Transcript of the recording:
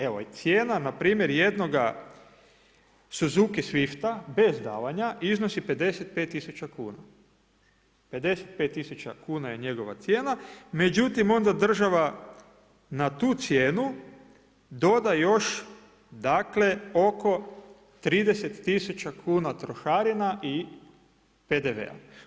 Evo i cijena npr. jednoga Suzuki Swifta bez davanja iznosi 55 tisuća kuna, 55 tisuća kuna je njegova cijena, međutim onda država na tu cijenu doda još dakle oko 30 tisuća kuna trošarina i PDV-a.